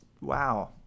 Wow